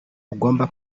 rugomba